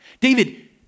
David